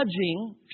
judging